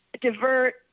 divert